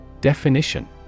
Definition